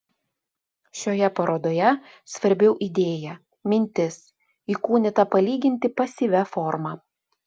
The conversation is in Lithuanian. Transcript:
šioje parodoje svarbiau idėja mintis įkūnyta palyginti pasyvia forma